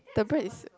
the bread is